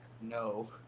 No